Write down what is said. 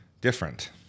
different